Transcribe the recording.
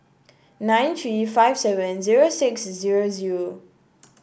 nine three five seven zero six zero zero